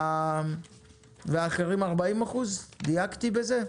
והאחרים 40%. דייקתי בזה?